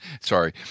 Sorry